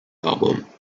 album